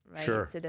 sure